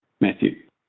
Matthew